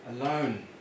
alone